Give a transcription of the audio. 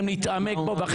לא, אתה לא שואל.